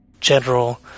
general